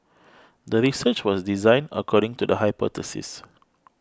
the research was designed according to the hypothesis